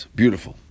beautiful